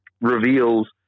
reveals